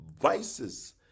vices